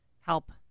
Help